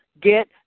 get